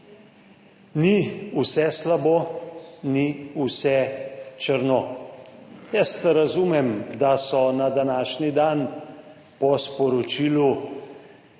Ni vse slabo, ni vse črno. Jaz razumem, da so na današnji dan po sporočilu